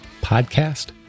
podcast